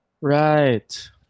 Right